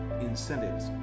incentives